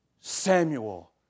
Samuel